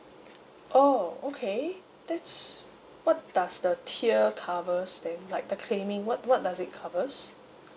oh okay that's what does the tier covers then like the claiming what what does it covers